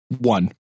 one